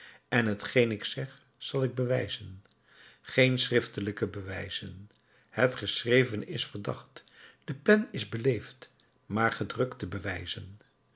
en t geen ik zeg zal ik bewijzen geen schriftelijke bewijzen het geschrevene is verdacht de pen is beleefd maar gedrukte bewijzen